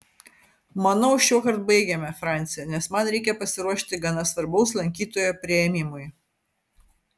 manau šiuokart baigėme franci nes man reikia pasiruošti gana svarbaus lankytojo priėmimui